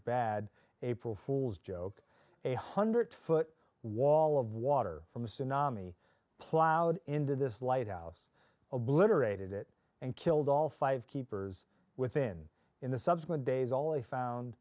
bad april fool's joke a hundred foot wall of water from a tsunami plowed into this lighthouse obliterated it and killed all five keepers within in the subsequent days all i found